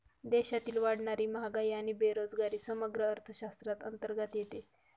देशातील वाढणारी महागाई आणि बेरोजगारी समग्र अर्थशास्त्राअंतर्गत येते